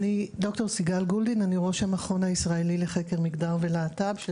אני ד"ר סיגל גולדין ואני ראש המכון הישראלי לחקר מגדר ולהט"ב של